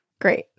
Great